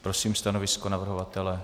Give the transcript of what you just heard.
Prosím stanovisko navrhovatele.